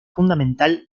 fundamental